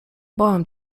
bałam